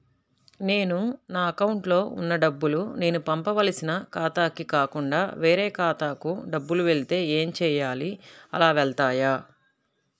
నేను నా అకౌంట్లో వున్న డబ్బులు నేను పంపవలసిన ఖాతాకి కాకుండా వేరే ఖాతాకు డబ్బులు వెళ్తే ఏంచేయాలి? అలా వెళ్తాయా?